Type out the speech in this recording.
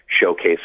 showcase